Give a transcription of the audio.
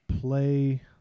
play